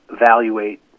evaluate